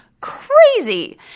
crazy